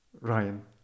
Ryan